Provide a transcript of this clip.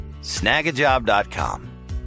Snagajob.com